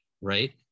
Right